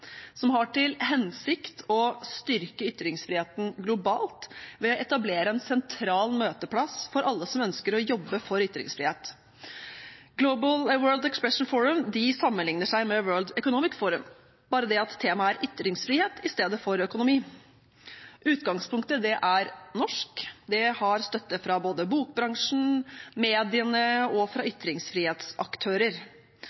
som har til hensikt å styrke ytringsfriheten globalt ved å etablere en sentral møteplass for alle som ønsker å jobbe for ytringsfrihet. World Expression Forum sammenligner seg med World Economic Forum, bare at temaet er ytringsfrihet i stedet for økonomi. Utgangspunktet er norsk. Det har støtte fra både bokbransjen, mediene og ytringsfrihetsaktører. Ambisjonen er internasjonal, med aksjonærer og støttespillere fra